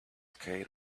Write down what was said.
care